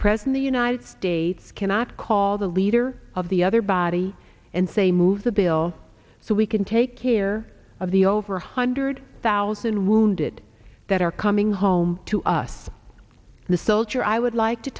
present the united states cannot call the leader of the other body and say move the bill so we can take care of the over one hundred thousand wounded that are coming home to us the soldier i would like to